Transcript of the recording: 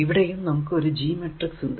ഇവിടെയും നമുക്ക് ഒരു G മാട്രിക്സ് ഉണ്ട്